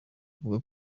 avuga